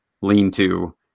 lean-to